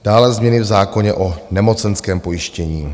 Dále změny v zákoně o nemocenském pojištění.